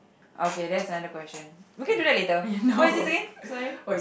okay that's another question we can do that later what is this again sorry